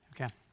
Okay